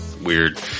weird